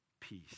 peace